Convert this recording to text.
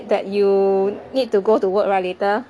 that you need to go to work lah later